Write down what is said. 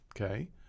Okay